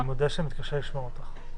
אני מתקשה לשמוע אותך.